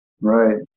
Right